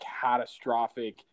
catastrophic